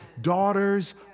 daughters